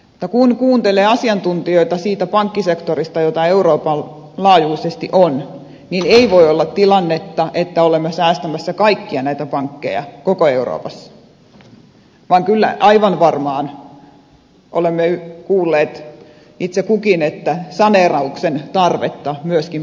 mutta kun kuuntelee asiantuntijoita siitä pankkisektorista jota euroopan laajuisesti on niin ei voi olla tilannetta että olemme säästämässä kaikkia näitä pankkeja koko euroopassa vaan kyllä aivan varmaan olemme kuulleet itse kukin että saneerauksen tarvetta myöskin pankkisektorilla on